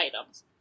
items